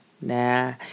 Nah